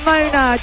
Mona